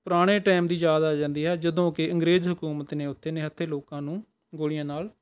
ਪੁਰਾਣੇ ਟਾਇਮ ਦੀ ਯਾਦ ਆ ਜਾਂਦੀ ਹੈ ਜਦੋਂ ਕਿ ਅੰਗਰੇਜ਼ ਹਕੂਮਤ ਨੇ ਉੱਥੇ ਨਿਹੱਥੇ ਲੋਕਾਂ ਨੂੰ ਗੋਲੀਆਂ ਨਾਲ